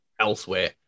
elsewhere